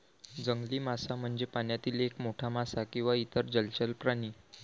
जंगली मासा म्हणजे पाण्यातील एक मोठा मासा किंवा इतर जलचर प्राणी